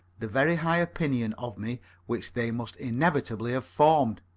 the very high opinion of me which they must inevitably have formed.